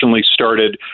started